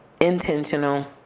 intentional